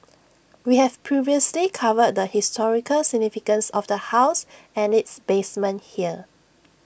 we have previously covered the historical significance of the house and its basement here